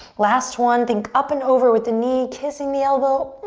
last one, think up and over with the knee kissing the elbow.